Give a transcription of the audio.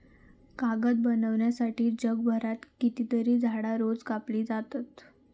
कागद बनवच्यासाठी जगभरात कितकीतरी झाडां रोज कापली जातत